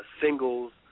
singles